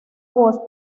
voz